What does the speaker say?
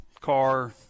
car